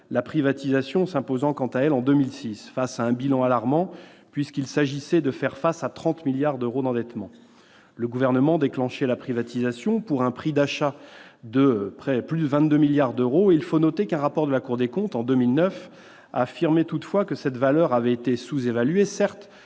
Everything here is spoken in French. la privatisation s'imposant quant à elle en 2006 face à un bilan alarmant : il s'agissait alors de faire face à 30 milliards d'euros d'endettement. Le Gouvernement déclenchait la privatisation, pour un prix d'achat de 22,5 milliards d'euros. Il faut noter que, en 2009, un rapport de la Cour des comptes affirmait toutefois que ce prix avait été sous-évalué, non